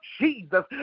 Jesus